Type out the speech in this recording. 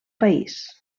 país